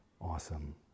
awesome